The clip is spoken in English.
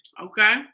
Okay